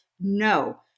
no